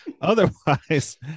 otherwise